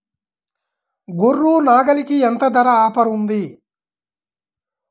గొర్రె, నాగలికి ఎంత ధర ఆఫర్ ఉంది?